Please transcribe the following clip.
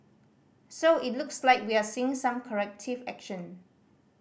so it looks like we are seeing some corrective action